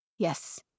Yes